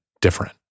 different